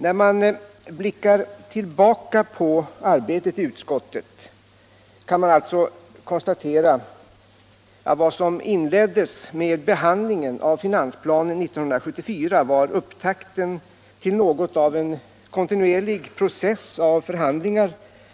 När man blickar tillbaka på arbetet i utskottet kan man konstatera, att vad som inleddes med behandlingen av finansplanen 1974 var upptakten till något av en kontinuerlig process av förhandlingar,